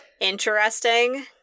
interesting